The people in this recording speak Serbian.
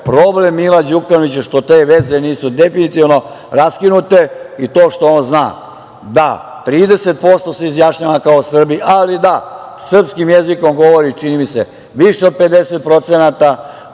problem Mila Đukanovića je što te veze nisu definitivno raskinute i to što on zna da se 30% izjašnjava kao Srbi, ali srpskim jezikom govori, čini mi se, više od 50%,